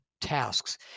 tasks